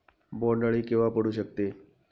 बोंड अळी केव्हा पडू शकते?